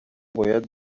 باید